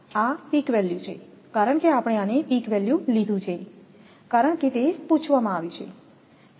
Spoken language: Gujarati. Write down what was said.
આ પીક વેલ્યુ છે કારણ કે આપણે આને પીક વેલ્યુ લીધું છે કારણ કે તે પૂછવામાં આવ્યું છે